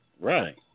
right